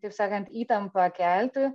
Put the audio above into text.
taip sakant įtampą kelti